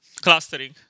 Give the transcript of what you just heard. Clustering